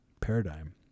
Paradigm